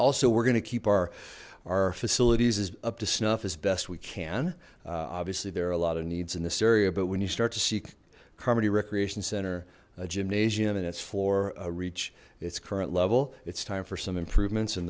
also we're going to keep our our facilities is up to snuff as best we can obviously there are a lot of needs in this area but when you star to seek carmody recreation center gymnasium and its floor reach its current level it's time for some improvements